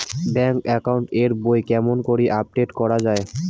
Bank account এর বই কেমন করি আপডেট করা য়ায়?